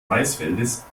maisfeldes